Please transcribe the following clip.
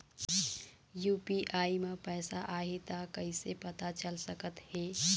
UPI म पैसा आही त कइसे पता चल सकत हे?